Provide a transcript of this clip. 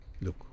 Look